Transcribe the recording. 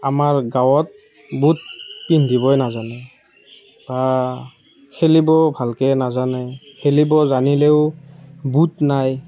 আমাৰ গাঁৱত বুট পিন্ধিবই নাজানে বা খেলিবও ভালকৈ নাজানে বা খেলিব জানিলেও বুট নাই